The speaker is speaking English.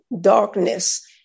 darkness